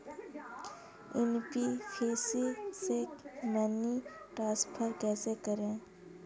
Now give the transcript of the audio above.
NBFC से money transfer कैसे करें?